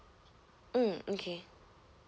mm okay